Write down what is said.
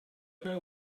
know